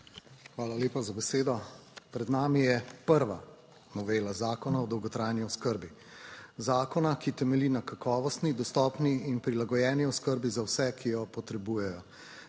Hvala lepa za besedo. Pred nami je prva novela Zakona o dolgotrajni oskrbi. Zakona, ki temelji na kakovostni, dostopni in prilagojeni oskrbi za vse, ki jo potrebujejo.